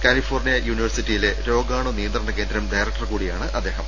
California യൂണിവേഴ്സിറ്റിയിലെ രോഗാണു നിയന്ത്രണകേന്ദ്രം ഡയറക്ടർ കൂടിയാണ് അദ്ദേഹം